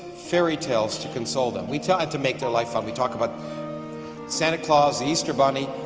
fairytales to console them we tell it to make their life fun. we talk about santa claus easter bunny,